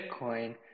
Bitcoin